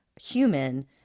human